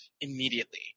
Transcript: immediately